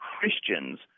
Christians